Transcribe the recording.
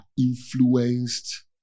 influenced